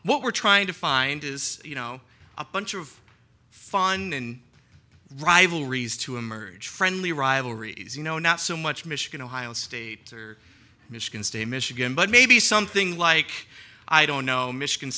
what we're trying to find is you know a bunch of fun and rivalries to emerge friendly rivalries you know not so much michigan ohio state michigan state michigan but maybe something like i don't know michigan